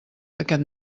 aquest